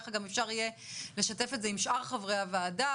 וככה גם אפשר יהיה לשתף את זה גם עם שאר חברי הוועדה,